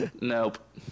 Nope